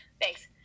Thanks